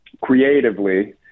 creatively